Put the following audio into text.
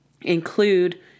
include